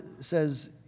says